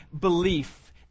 belief